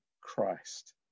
Christ